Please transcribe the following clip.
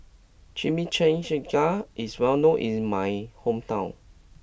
Chimichangas is well known in my hometown